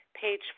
page